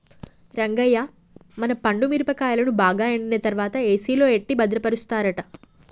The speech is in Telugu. రంగయ్య మన పండు మిరపకాయలను బాగా ఎండిన తర్వాత ఏసిలో ఎట్టి భద్రపరుస్తారట